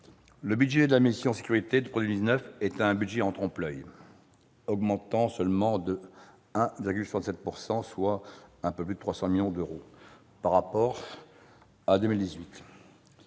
le budget de la mission « Sécurités » pour 2019 est un budget en trompe-l'oeil, augmentant seulement de 1,67 %, soit un peu plus de 300 millions d'euros par rapport à 2018.